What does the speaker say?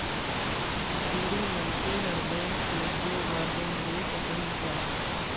ऋणी मनखे हर बैंक से दो बार लोन ले सकही का?